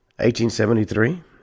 1873